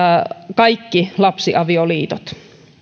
kaikki lapsiavioliitot